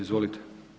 Izvolite.